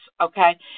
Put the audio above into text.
Okay